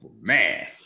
Man